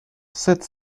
sept